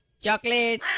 chocolate